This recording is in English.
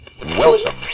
Welcome